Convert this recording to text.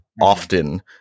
often